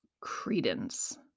credence